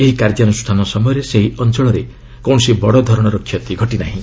ଏହି କାର୍ଯ୍ୟାନୁଷ୍ଠାନ ସମୟରେ ସେହି ଅଞ୍ଚଳରେ କୌଣସି ବଡଧରଣର କ୍ଷତି ଘଟିନାହିଁ